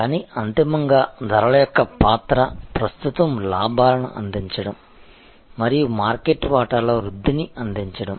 కానీ అంతిమంగా ధరల యొక్క పాత్ర ప్రస్తుతం లాభాలను అందించడం మరియు మార్కెట్ వాటాలో వృద్ధిని అందించడం